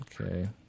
Okay